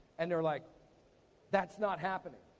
and they're like that's not happening.